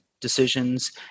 decisions